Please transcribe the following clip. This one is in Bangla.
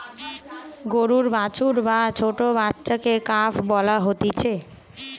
গরুর বাছুর বা ছোট্ট বাচ্চাকে কাফ বলা হতিছে